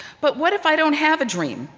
but what if i don't have a dream,